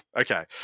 okay